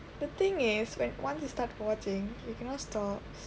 the thing is when once you start watching you cannot stop